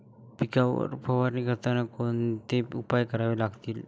पिकांवर फवारणी करताना कोणते उपाय करावे लागतात?